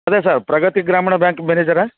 ಅದೆ sir Pragathi Grameena bank ಮ್ಯಾನೇಜರಾ